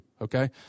okay